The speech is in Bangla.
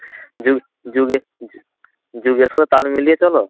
যুগে যুগের সাথে তাল মিলিয়ে চলো